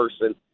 person